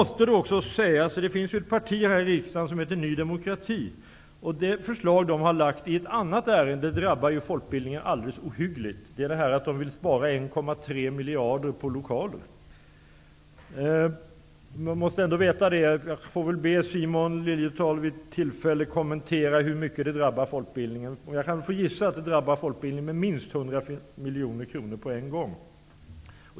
Det finns ett parti här i riksdagen som heter Ny demokrati. Det förslag som Nydemokraterna har lagt fram i ett annat ärende drabbar folkbildningen alldeles ohyggligt, nämligen att de vill spara 1,3 miljarder på lokaler. Jag får be Simon Liliedahl att vid tillfälle kommentera hur mycket detta drabbar folkbildningen. Jag kan gissa att det drabbar folkbildningen med minst 100 miljoner kronor på en gång.